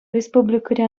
республикӑри